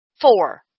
four